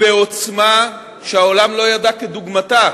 בעוצמה שהוא לא ידע כדוגמתה